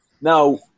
Now